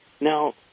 Now